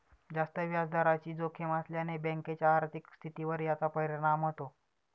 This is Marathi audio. जास्त व्याजदराची जोखीम असल्याने बँकेच्या आर्थिक स्थितीवर याचा परिणाम होतो